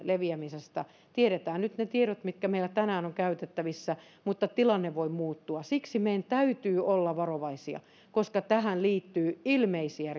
leviämisestä tiedetään nyt ne tiedot mitkä meillä ovat tänään käytettävissä mutta tilanne voi muuttua siksi meidän täytyy olla varovaisia koska tähän liittyy ilmeisiä